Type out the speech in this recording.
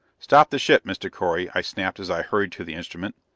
stop the ship, mr. correy! i snapped as i hurried to the instrument.